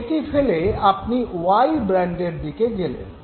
সেটি ফেলে আপনি ওয়াই ব্র্যান্ডের দিকে গেলেন